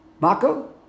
Marco